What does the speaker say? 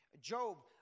Job